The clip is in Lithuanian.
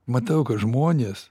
matau kad žmonės